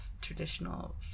traditional